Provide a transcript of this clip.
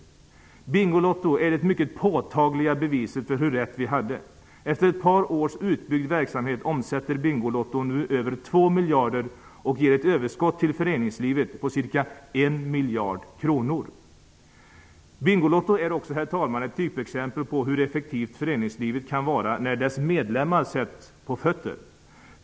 Bingolotto är det mycket påtagliga beviset för hur rätt vi hade. Efter ett par års utbyggd verksamhet omsätter Bingolotto nu över 2 miljarder kronor och ger ett överskott till föreningslivet på ca 1 miljard kronor. Bingolotto är också, herr talman, ett typexempel på hur effektivt föreningslivet kan vara när dess medlemmar sätts på fötter.